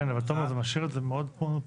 כן, אבל תומר, זה משאיר את זה מאוד פרוץ.